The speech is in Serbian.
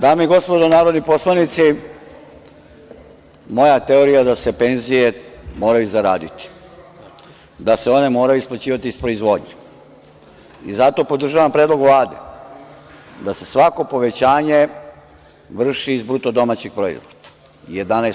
Dame i gospodo narodni poslanici, moja teorija je da se penzije moraju zaraditi, da se one moraju isplaćivati iz proizvodnje i zato podržavam predlog Vlade, da se svako povećanje vrši iz BDP 11%